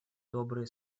добрые